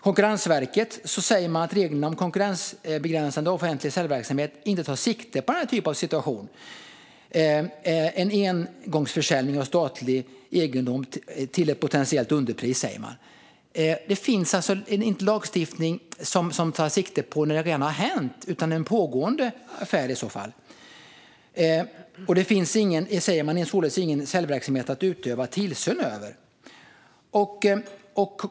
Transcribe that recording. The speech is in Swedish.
Konkurrensverket säger att reglerna om konkurrensbegränsande offentlig säljverksamhet inte tar sikte på denna typ av situation, alltså en engångsförsäljning av statlig egendom till ett potentiellt underpris. Det finns alltså ingen lagstiftning som tar sikte på detta när det väl har hänt och inte längre är en pågående affär. Man skriver: Det finns således ingen säljverksamhet att utöva tillsyn över.